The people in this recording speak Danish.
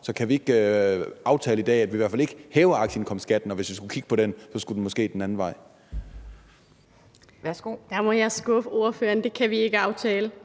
Så kan vi ikke aftale i dag, at vi i hvert fald ikke hæver aktieindkomstskatten, og at hvis vi skulle kigge på den, skulle den måske den anden vej?